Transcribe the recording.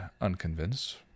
unconvinced